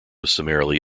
summarily